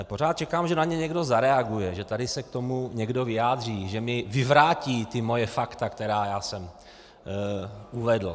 Pořád čekám, že na ně někdo zareaguje, že tady se k tomu někdo vyjádří, že mi vyvrátí ta moje fakta, která já jsem uvedl.